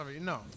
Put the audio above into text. no